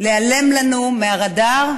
להיעלם לנו מהרדאר,